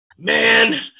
man